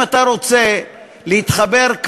אם אתה רוצה להתחבר,